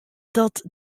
dat